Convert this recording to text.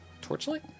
Torchlight